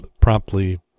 promptly